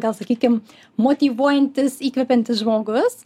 gal sakykim motyvuojantis įkvepiantis žmogus